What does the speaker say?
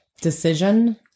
decision